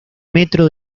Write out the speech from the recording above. metro